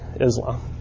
Islam